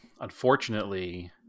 Unfortunately